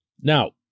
Now